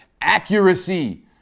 Accuracy